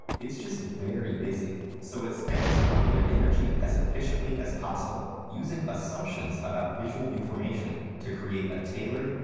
it's just very busy. so it spends cognitive energy as efficiently as possible, using assumptions about visual information to create a tailored,